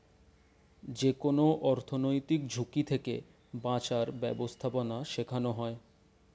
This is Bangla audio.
যেকোনো অর্থনৈতিক ঝুঁকি থেকে বাঁচার ব্যাবস্থাপনা শেখানো হয়